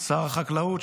שר החקלאות,